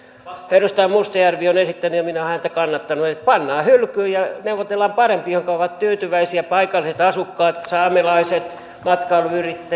edustaja mustajärvi on esittänyt ja minä olen häntä kannattanut että pannaan hylky ja neuvotellaan parempi johonka ovat tyytyväisiä paikalliset asukkaat saamelaiset matkailuyrittäjät